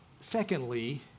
secondly